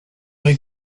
est